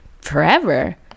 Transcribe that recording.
forever